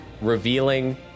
revealing